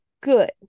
good